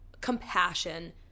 compassion